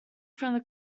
from